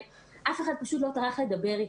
אף אחד פשוט לא טרח לדבר איתי,